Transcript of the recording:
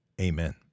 Amen